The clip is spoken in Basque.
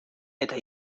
eta